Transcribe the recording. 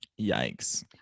Yikes